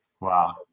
Wow